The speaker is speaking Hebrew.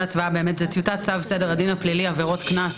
שעסקינן בצו, עורכת הדין רווה, בבקשה.